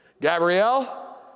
Gabrielle